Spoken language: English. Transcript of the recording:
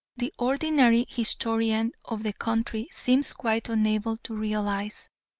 the ordinary historian of the country seems quite unable to realise.